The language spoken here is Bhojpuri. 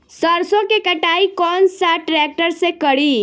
सरसों के कटाई कौन सा ट्रैक्टर से करी?